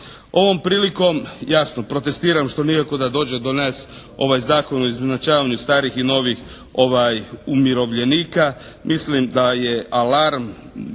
Ovom prilikom jasno protestiram što nikako da dođe do nas ovaj Zakon o izjednačavanju starih i novih umirovljenika. Mislim da je alarm